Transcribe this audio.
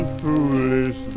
foolish